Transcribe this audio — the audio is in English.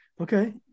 Okay